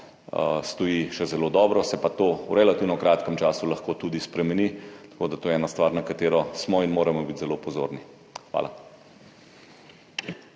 stoji še zelo dobro, se pa to v relativno kratkem času lahko tudi spremeni. Tako da je to ena stvar, na katero smo in moramo biti zelo pozorni. Hvala.